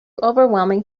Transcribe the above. overwhelming